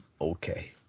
okay